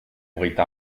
hogeita